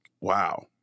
wow